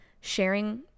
sharing